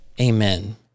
Amen